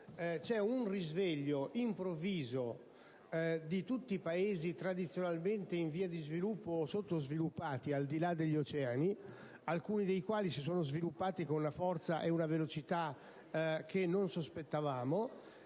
c'è un risveglio improvviso di tutti i Paesi tradizionalmente in via di sviluppo o sottosviluppati che si trovano al di là dell'Oceano. Alcuni di essi si sono sviluppati con una forza ed una velocità che non sospettavamo,